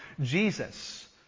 Jesus